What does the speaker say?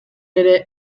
ere